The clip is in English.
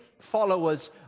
followers